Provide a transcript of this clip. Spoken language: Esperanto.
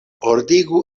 ordigu